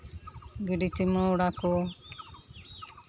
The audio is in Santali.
ᱜᱤᱰᱤ ᱪᱩᱢᱟᱹᱲᱟ ᱠᱚ